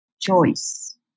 choice